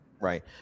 Right